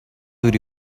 would